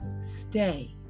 Stay